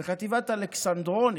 וחטיבת אלכסנדרוני,